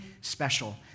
special